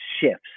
shifts